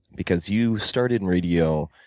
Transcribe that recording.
because you started in radio